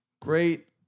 Great